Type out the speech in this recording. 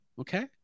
Okay